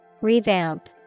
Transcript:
Revamp